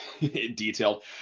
detailed